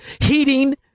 heating